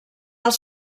els